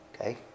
Okay